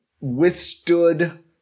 withstood